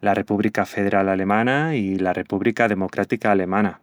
la Repúbrica Federal Alemana i la Repúbrica Democrática Alemana.